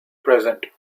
present